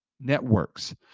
networks